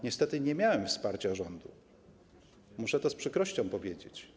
Niestety nie miałem wsparcia rządu, muszę to z przykrością powiedzieć.